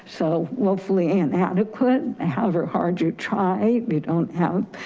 so woefully inadequate, however hard you try, you don't have